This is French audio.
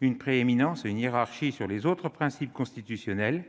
une prééminence sur les autres principes constitutionnels,